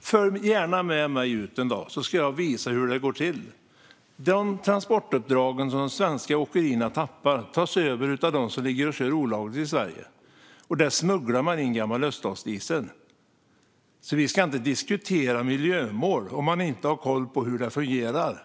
Följ gärna med mig ut en dag så ska jag visa hur det går till, statsrådet! De transportuppdrag som de svenska åkerierna tappar tas över av de åkerier som kör olagligt i Sverige, och där smugglar man in gammal öststatsdiesel. Man ska inte diskutera miljömål om man inte har koll på hur det fungerar.